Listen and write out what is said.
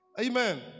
Amen